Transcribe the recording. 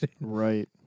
Right